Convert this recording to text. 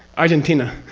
argentina,